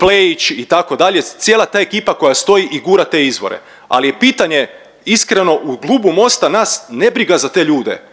Plejić itd., cijela ta ekipa koja stoji i gura te izvore. Ali je pitanje iskreno u klubu Mosta nas ne briga za te ljude,